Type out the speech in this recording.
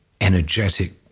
energetic